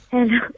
Hello